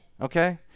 Okay